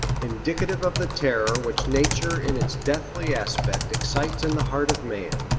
indicative of the terror which nature in its deathly aspect excites in the heart of man.